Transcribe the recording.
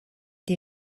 des